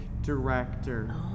director